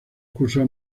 cursos